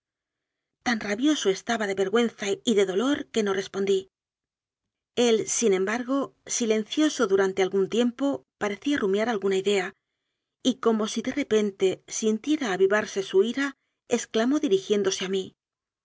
tan rabioso estaba de vergüenza y de dolor que no respondí el sin embargo silencioso durante algún tiem po parecía rumiar alguna idea y como si de re pente sintiera avivarse su ira exclamó dirigién dose a mí